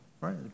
right